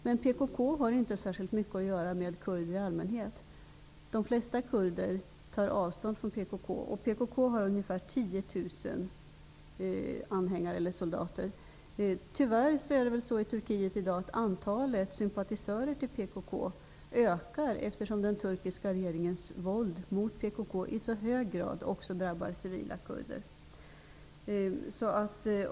Men PKK har inte särskilt mycket att göra med kurder i allmänhet, och de flesta kurder tar avstånd från PKK. PKK har ungefär 10 000 anhängare, eller soldater. Tyvärr ökar antalet sympatisörer till PKK i dag, eftersom den turkiska regeringens våld mot PKK i så hög grad också drabbar civila kurder.